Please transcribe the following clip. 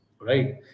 right